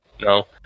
No